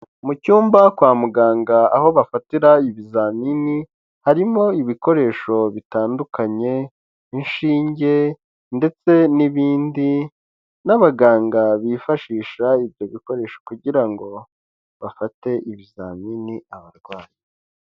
Mu cyumba kwa muganga aho bafatira ibizamini, harimo ibikoresho bitandukanye nk'inshinge ndetse n'ibindi, n'abaganga bifashisha ibyo bikoresho kugira ngo bafate ibizamini abarwayi.